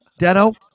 Deno